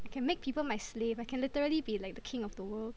I can make people my slave I can literally be like the king of the world